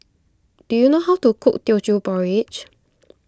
do you know how to cook Teochew Porridge